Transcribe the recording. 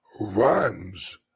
runs